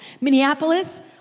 Minneapolis